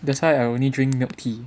that's why I only drink milk tea